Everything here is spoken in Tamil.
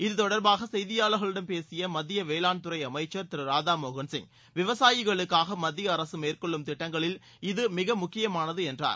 இது தொடர்பாக செய்தியாளர்களிடம் பேசிய மத்திய வேளாள்துறை அமைச்சர் திரு ராதாமோகன் சிங் விவசாயிகளுக்குகாக மத்திய அரசு மேற்கொள்ளும் திட்டங்களில் இது மிக முக்கியமானது என்றார்